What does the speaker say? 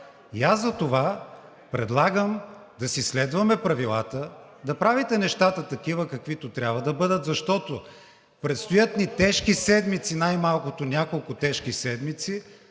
И аз затова предлагам да си следваме правилата, да правите нещата такива, каквито трябва да бъдат, защото най-малкото ни предстоят тежки седмици, няколко тежки седмици,